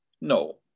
No